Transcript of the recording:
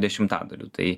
dešimtadaliu tai